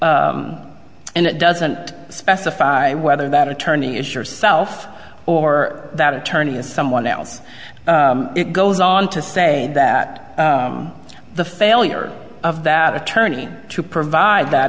conduct and it doesn't specify whether that attorney is yourself or that attorney is someone else it goes on to say that the failure of that attorney to provide that